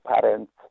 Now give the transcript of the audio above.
parents